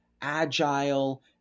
agile